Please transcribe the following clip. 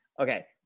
Okay